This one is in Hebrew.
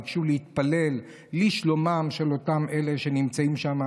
ביקשו להתפלל לשלומם של אלה שנמצאים שם,